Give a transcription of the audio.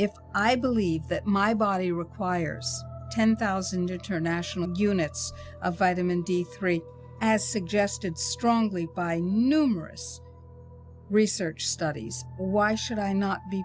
if i believe that my body requires ten thousand return national units of vitamin d three as suggested strongly by numerous research studies why should i not be